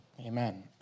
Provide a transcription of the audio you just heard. Amen